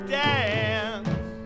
dance